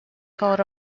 coat